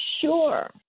sure